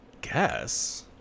guess